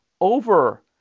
over